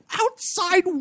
outside